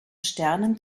sternen